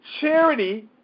Charity